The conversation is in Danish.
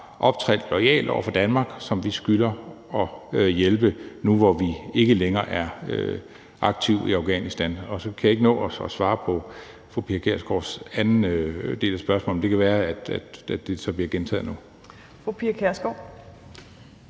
optrådt loyalt over for Danmark, og som vi skylder at hjælpe, nu hvor vi ikke længere er aktive i Afghanistan. Og så kan jeg ikke nå at svare på fru Pia Kjærsgaards anden del af spørgsmålet, men det kan være, at det så bliver gentaget nu.